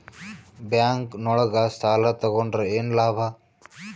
Bank ನೊಳಗ ಸಾಲ ತಗೊಂಡ್ರ ಏನು ಲಾಭ?